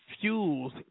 fuels